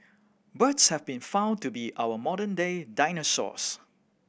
birds have been found to be our modern day dinosaurs